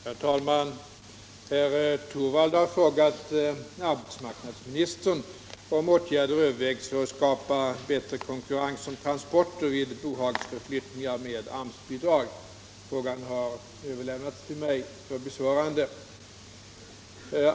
Herr talman! Herr Torwald har frågat arbetsmarknadsministern om åtgärder övervägs för att skapa bättre konkurrens om transporter vid bohagsförflyttningar med AMS-bidrag. Frågan har överlämnats till mig för besvarande.